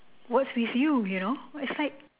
what's with you you know it's like